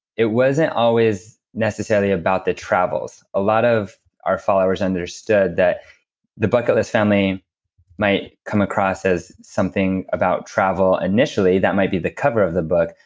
it wasn't always necessarily about the travels. a lot of our followers understood that the bucket list family might come across as something about travel initially, that might be the cover of the book,